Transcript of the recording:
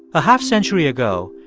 a half century ago,